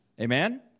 Amen